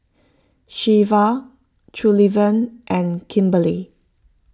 Shelva Sullivan and Kimberly